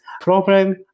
problem